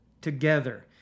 together